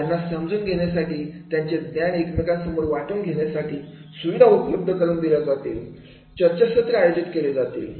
त्यांना समजून घेण्यासाठी त्यांचे ज्ञान एकमेकांबरोबर वाटून घेण्यासाठी सुविधा उपलब्ध करून दिल्या जातील चर्चासत्र आयोजित केले जातील